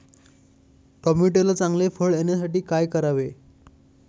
टोमॅटोला चांगले फळ येण्यासाठी काय करावे?